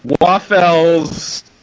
waffles